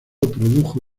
produjo